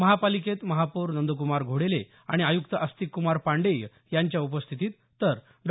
महानगर पालिकेत महापौर नंद्कुमार घोडेले आणि आयुक्त आस्तिक कुमार पांडेय यांच्या उपस्थितीत तर डॉ